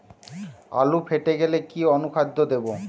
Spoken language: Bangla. আলু ফেটে গেলে কি অনুখাদ্য দেবো?